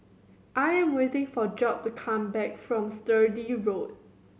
I am waiting for Job to come back from Sturdee Road